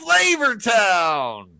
Flavortown